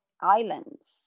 islands